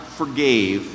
forgave